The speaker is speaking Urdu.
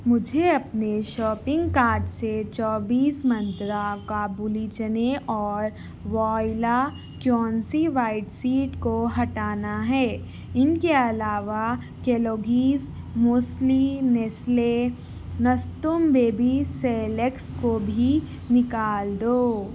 مجھے اپنے شاپنگ کارٹ سے چوبیس منترا کابلی چنے اور وائلا وہائٹ سیڈ کو ہٹانا ہے ان کے علاوہ Kellogg's muesli Nestle baby selects کو بھی نکال دو